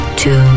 two